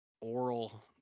oral